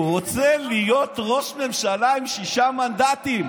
הוא רוצה להיות ראש ממשלה, עם שישה מנדטים.